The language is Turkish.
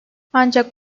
ancak